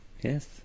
Yes